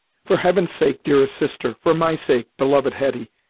for heaven's sake, dearest sister for my sake, beloved hetty,